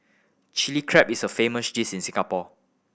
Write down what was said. Chilli Crab is a famous dish in Singapore